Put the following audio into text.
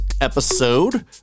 episode